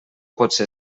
potser